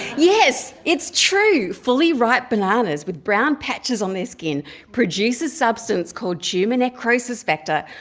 yes, it's true. fully ripe bananas with brown patches on their skin produce a substance called tumour necrosis factor,